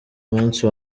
munsi